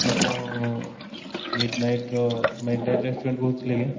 ଆପଣ ମିଡ଼୍ ନାଇଟ୍ର ମିଡ଼୍ ନାଇଟ୍ ରେଷ୍ଟୁରାନ୍ଟ୍ରୁ କହୁଥିଲେ କି